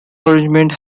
arrangement